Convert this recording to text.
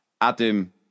Adam